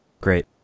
Great